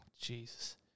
Jesus